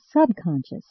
subconscious